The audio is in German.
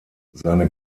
seine